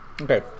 okay